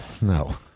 No